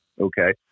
okay